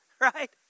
right